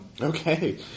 Okay